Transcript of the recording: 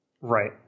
Right